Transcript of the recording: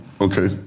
Okay